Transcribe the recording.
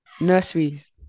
Nurseries